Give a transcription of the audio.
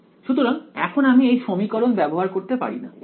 সুতরাং এখন আমি এই সমীকরণ ব্যবহার করতে পারিনা